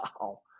wow